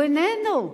הוא איננו.